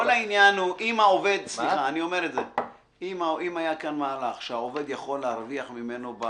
אם היה כאן מהלך שהעובד יכול להרוויח ממנו,